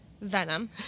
Venom